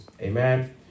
amen